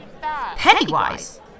Pennywise